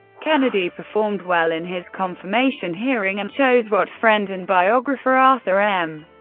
kennedy performed well in his confirmation hearing and chose what friend and biographer arthur m.